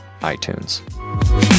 iTunes